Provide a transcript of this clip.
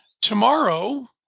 tomorrow